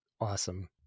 awesome